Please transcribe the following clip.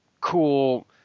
cool